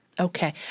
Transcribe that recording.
Okay